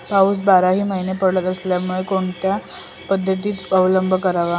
पाऊस बाराही महिने पडत असल्यामुळे कोणत्या पद्धतीचा अवलंब करावा?